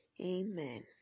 Amen